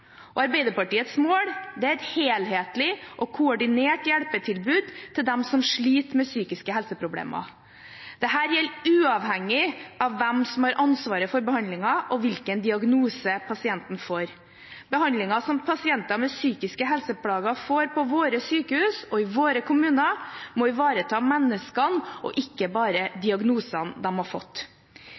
fellesskap. Arbeiderpartiets mål er et helhetlig og koordinert hjelpetilbud til dem som sliter med psykiske helseproblemer. Dette gjelder uavhengig av hvem som har ansvaret for behandlingen og hvilken diagnose pasienten får. Behandlingen som pasienter med psykiske helseplager får på våre sykehus og i våre kommuner, må ivareta menneskene og ikke bare diagnosene de har fått.